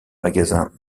magasin